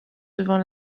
devant